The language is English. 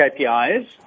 KPIs